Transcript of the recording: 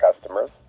customers